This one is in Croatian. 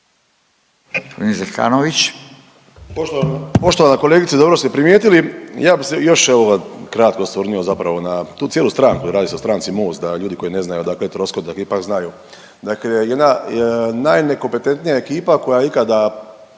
Poštovana kolegice dobro ste primijetili, ja bi se još evo kratko osvrnuo zapravo na tu cijelu stranku, radi se o stranci MOST da ljudi koji ne znaju odakle je Troskot da ipak znaju. Dakle, jedna najnekompetentnija ekipa koja je ikada